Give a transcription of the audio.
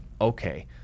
okay